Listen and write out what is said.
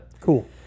Cool